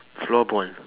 floorball